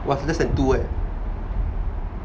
was less than two leh